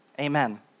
amen